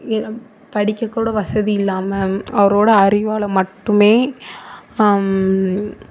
படிக்க கூட வசதி இல்லாமல் அவரோட அறிவால் மட்டுமே